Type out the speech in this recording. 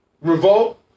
Revolt